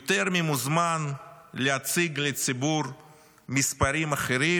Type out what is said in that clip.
הוא יותר ממוזמן להציג לציבור מספרים אחרים,